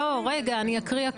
לא, רגע, אני אקריא הכול.